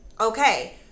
Okay